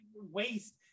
waste